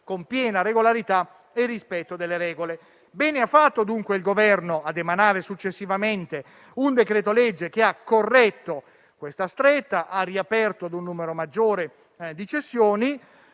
con piena regolarità e nel rispetto delle regole. Bene ha fatto dunque il Governo a emanare successivamente un decreto-legge che ha corretto questa stretta e ha riaperto a un numero maggiore di cessioni.